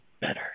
better